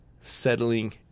settling